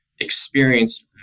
experienced